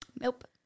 Nope